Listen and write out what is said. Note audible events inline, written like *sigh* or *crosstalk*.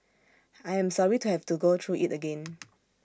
I am sorry to have to go through IT again *noise*